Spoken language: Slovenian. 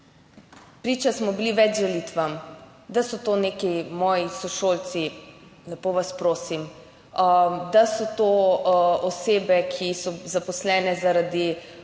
priča smo bili več žalitvam, da so to neki moji sošolci, lepo vas prosim, da so to osebe, ki so zaposlene zaradi